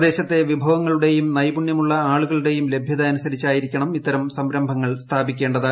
പ്രദേശത്തെ വിഭവങ്ങളുടെയും നൈപുണ്യമുള്ള ആളുകളുടെയും ലഭ്യത അനുസരിച്ച് ആയിരിക്കണം ഇത്തരം സംരംഭങ്ങൾ സ്ഥാപിക്കേണ്ടത്